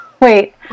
Wait